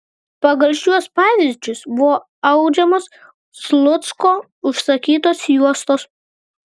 pagal šiuos pavyzdžius buvo audžiamos slucko užsakytos juostos